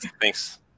thanks